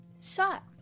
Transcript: shot